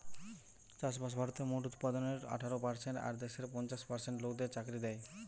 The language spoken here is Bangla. চাষবাস ভারতের মোট উৎপাদনের আঠারো পারসেন্ট আর দেশের পঞ্চাশ পার্সেন্ট লোকদের চাকরি দ্যায়